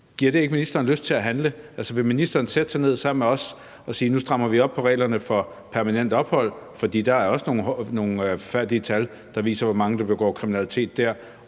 ikke ministeren lyst til at handle? Altså, vil ministeren sætte sig ned sammen med os og sige, at nu strammer vi op på reglerne for permanent ophold – for der er også nogle forfærdelige tal, der viser, hvor mange der begår kriminalitet der